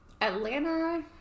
atlanta